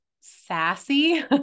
sassy